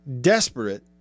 desperate